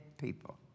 people